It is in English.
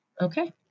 Okay